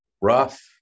rough